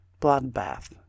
Bloodbath